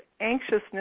anxiousness